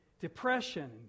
Depression